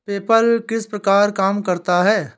PayPal किस प्रकार काम करता है?